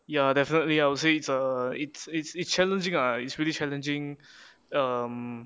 ya definitely I would say it's a it's it's a challenging ah it's really challenging um